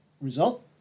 result